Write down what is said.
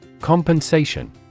Compensation